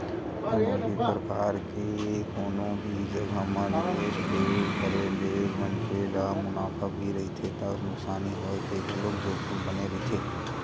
कोनो भी परकार के कोनो भी जघा म निवेस के करे ले मनखे ल मुनाफा भी रहिथे त नुकसानी होय के घलोक जोखिम बने रहिथे